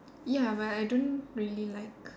ya but I don't really like